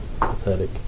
Pathetic